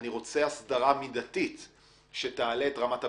אני רוצה הסדרה מידתית שתעלה את רמת הביצוע.